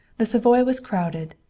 the savoy was crowded.